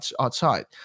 outside